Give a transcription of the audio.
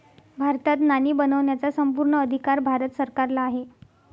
भारतात नाणी बनवण्याचा संपूर्ण अधिकार भारत सरकारला आहे